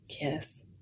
Yes